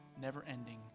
never-ending